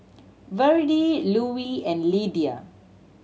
Virdie Louie and Lidia